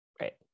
Right